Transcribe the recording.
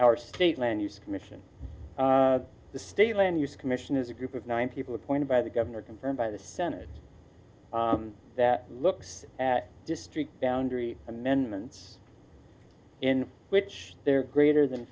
our state land use commission the state land use commission is a group of nine people appointed by the governor confirmed by the senate that looks at district boundary amendments in which there are greater than